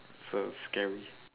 so scary